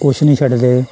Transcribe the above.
कुछ नी छडदे